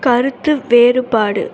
கருத்து வேறுபாடு